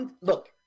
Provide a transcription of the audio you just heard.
Look